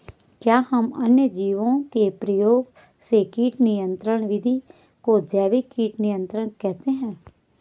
क्या हम अन्य जीवों के प्रयोग से कीट नियंत्रिण विधि को जैविक कीट नियंत्रण कहते हैं?